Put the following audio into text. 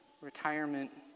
retirement